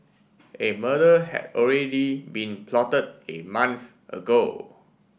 a murder had already been plotted a month ago